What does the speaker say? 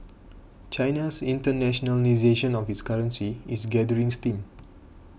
China's internationalisation of its currency is gathering steam